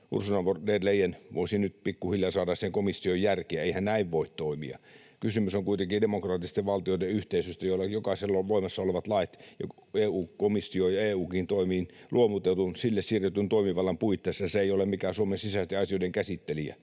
palatseissa nyt pikkuhiljaa saada siihen komissioon järkeä. Eihän näin voi toimia. Kysymys on kuitenkin demokraattisten valtioiden yhteisöstä, joista jokaisella on voimassa olevat lait. EU-komissio ja EU:kin toimii luovutetun, sille siirretyn toimivallan puitteissa, se ei ole mikään Suomen sisäisten asioiden käsittelijä.